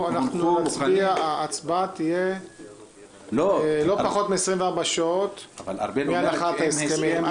ההצבעה תהיה לא פחות מ-24 שעות מהנחת ההסכמים.